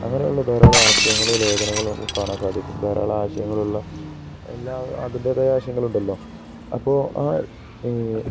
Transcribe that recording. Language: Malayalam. അങ്ങനെയുള്ള ധാരാളം ആശയങ്ങളും ലേഖനകളും നമുക്ക് കാണാൻ സാധിക്കും ധാരാളം ആശയങ്ങളുള്ള എല്ലാം അതിൻ്റേതായ ആശയങ്ങളുണ്ടല്ലോ അപ്പോള് ആ ഈ